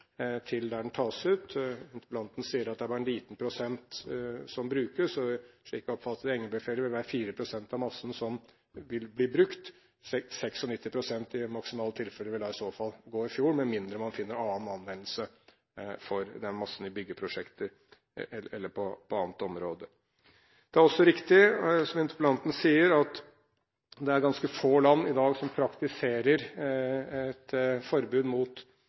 til der den tas ut. Interpellanten sier at det er bare en liten prosent som brukes, og – slik jeg oppfattet det – i Engebøfjellet vil det være 4 pst. av massen som vil bli brukt. 96 pst., i maksimale tilfeller, vil i så fall gå i fjorden, med mindre man finner annen anvendelse for den massen, i byggeprosjekter eller på et annet område. Det er også riktig, som interpellanten sier, at det er ganske få land i dag som praktiserer